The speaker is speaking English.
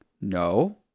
no